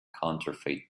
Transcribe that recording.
counterfeit